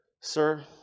Sir